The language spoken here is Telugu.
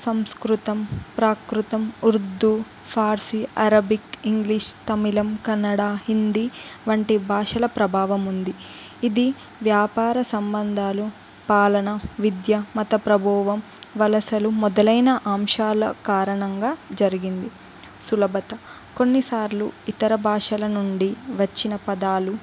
సంస్కృతం ప్రాకృతం ఉర్దూ పార్శీ అరబిక్ ఇంగ్లీష్ తమిళం కన్నడ హిందీ వంటి భాషల ప్రభావం ఉంది ఇది వ్యాపార సంబంధాలు పాలన విద్య మత ప్రభావం వలసలు మొదలైన అంశాల కారణంగా జరిగింది సులభత కొన్నిసార్లు ఇతర భాషల నుండి వచ్చిన పదాలు